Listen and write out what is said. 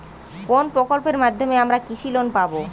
কোন প্রকল্পের মাধ্যমে আমরা কৃষি লোন পাবো?